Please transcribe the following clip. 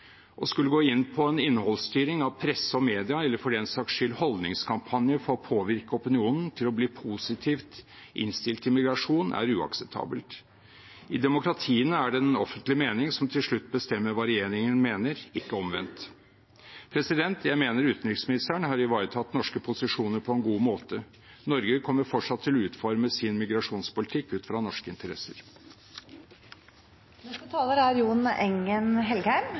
Å skulle gå inn på en innholdsstyring av presse og media, eller for den saks skyld holdningskampanjer for å påvirke opinionen til å bli positivt innstilt til migrasjon, er uakseptabelt. I demokratiene er det den offentlige mening som til slutt bestemmer hva regjeringen mener, ikke omvendt. Jeg mener utenriksministeren har ivaretatt norske posisjoner på en god måte. Norge kommer fortsatt til å utforme sin migrasjonspolitikk ut fra norske interesser. Først vil jeg takke utenriksministeren for redegjørelsen. Det er